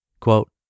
Quote